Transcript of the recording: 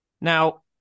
Now